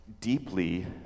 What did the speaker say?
deeply